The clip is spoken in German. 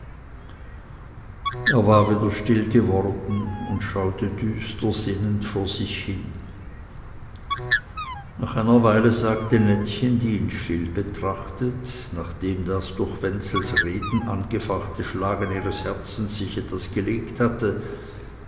er war wieder still geworden und schaute düster sinnend vor sich hin nach einer weile sagte nettchen die ihn still betrachtet nachdem das durch wenzels reden angefachte schlagen ihres herzens sich etwas gelegt hatte